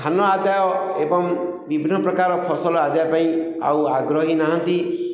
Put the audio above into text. ଧାନ ଆଦାୟ ଏବଂ ବିଭିନ୍ନ ପ୍ରକାର ଫସଲ ଆଦାୟ ପାଇଁ ଆଉ ଆଗ୍ରହୀ ନାହାନ୍ତି